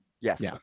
yes